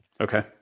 Okay